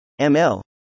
ML